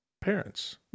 parents